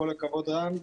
כל הכבוד רם.